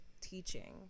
Teaching